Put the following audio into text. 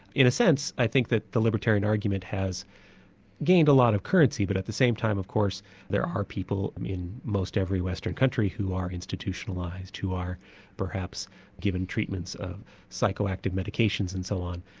in a sense i think that the libertarian argument has gained a lot of currency, but at the same time of course there are people in most every western country who are institutionalised, who are perhaps given treatments of psychoactive medications and so on,